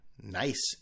nice